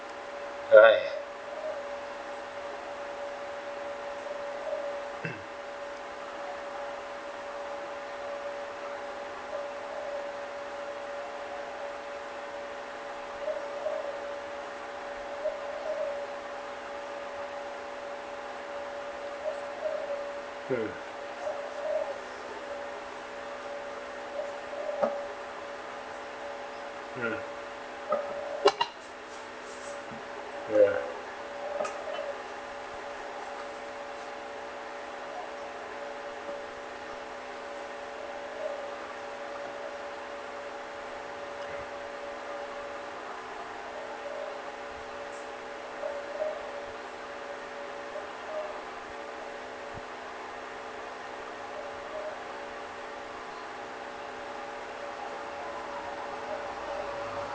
!aiya! mm mm ya